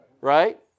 Right